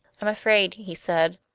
am afraid, he said,